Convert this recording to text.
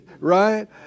right